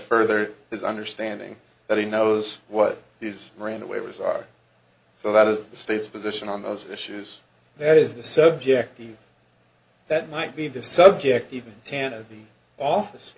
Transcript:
further his understanding that he knows what he's running away was are so that is the state's position on those issues that is the subject that might be the subject even